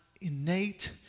innate